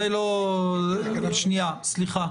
חברים, סליחה.